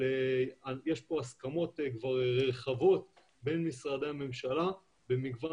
אבל יש פה הסכמות רחבות בין משרדי הממשלה במגוון